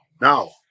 Now